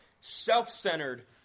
self-centered